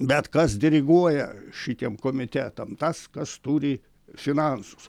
bet kas diriguoja šitiem komitetam tas kas turi finansus